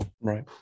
right